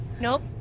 Nope